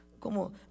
como